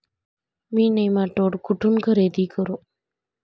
मी nematode कुठून खरेदी करू?